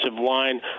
line